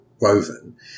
woven